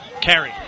carry